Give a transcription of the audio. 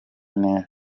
neza